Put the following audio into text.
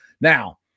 Now